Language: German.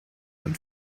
von